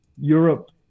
Europe